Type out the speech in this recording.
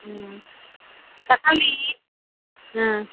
ம் தக்காளி ஆ